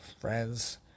friends